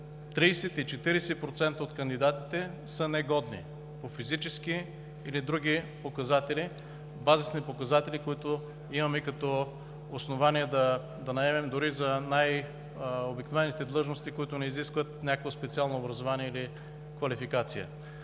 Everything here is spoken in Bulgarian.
от кандидатите са негодни по физически или други показатели, базисни показатели, които имаме като основание, за да наемем дори за най-обикновените длъжности, които не изискват някакво специално образование или квалификация.